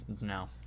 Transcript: no